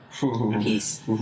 peace